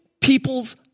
people's